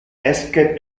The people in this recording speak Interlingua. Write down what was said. esque